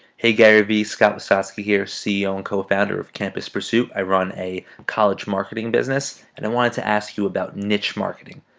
hey, gary vee, scott wisotsky here, ceo and co-founder of campus pursuit. i run a college marketing business, and i wanted to ask you about niche marketing.